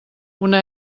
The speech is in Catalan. una